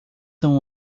são